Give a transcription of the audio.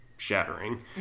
shattering